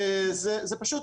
זה פשוט